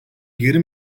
geri